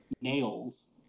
Nails